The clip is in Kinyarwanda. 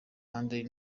ari